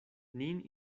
nin